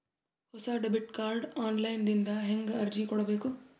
ಹೊಸ debit card online ದಿಂದ ಹೇಂಗ ಅರ್ಜಿ ಕೊಡಬೇಕು?